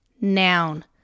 Noun